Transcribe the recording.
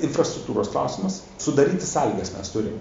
infrastruktūros klausimas sudaryti sąlygas mes turim